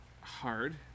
hard